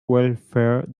welfare